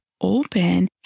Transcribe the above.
open